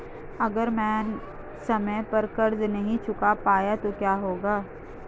अगर मैं समय पर कर्ज़ नहीं चुका पाया तो क्या होगा?